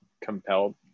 compelled